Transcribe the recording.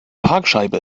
parkscheibe